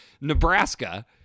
Nebraska